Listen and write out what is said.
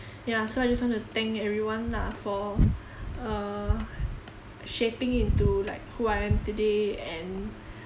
yeah so I just want to thank everyone lah for uh shaping me into like who I am today and